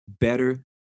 better